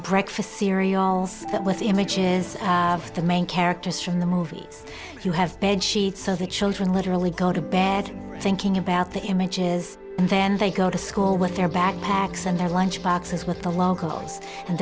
breakfast cereals that with images of the main characters from the movies you have bed sheets so the children literally go to bed thinking about the images and then they go to school with their backpacks and their lunch boxes with the locals and